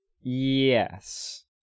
Yes